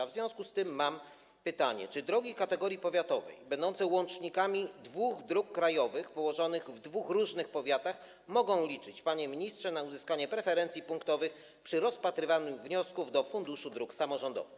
W związku z tym mam pytanie: Czy drogi kategorii powiatowej będące łącznikami dwóch dróg krajowych położonych w dwóch różnych powiatach mogą liczyć, panie ministrze, na uzyskanie preferencji punktowych przy rozpatrywaniu wniosków do Funduszu Dróg Samorządowych?